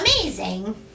amazing